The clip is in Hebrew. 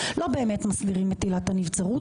לא באמת מסבירים את עילת הנבצרות,